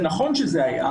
זה אמנם היה,